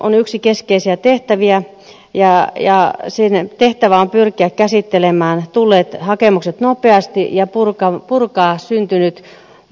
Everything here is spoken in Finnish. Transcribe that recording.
maahanmuuttoviraston yksi keskeinen tehtävä on pyrkiä käsittelemään tulleet hakemukset nopeasti ja purkaa syntynyt hakemusruuhka